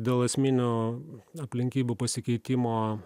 dėl esminių aplinkybių pasikeitimo